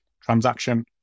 transaction